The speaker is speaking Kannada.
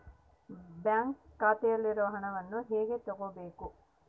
ಬ್ಯಾಂಕ್ ಖಾತೆಯಲ್ಲಿರುವ ಹಣವನ್ನು ಹೇಗೆ ತಗೋಬೇಕು?